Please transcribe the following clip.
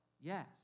Yes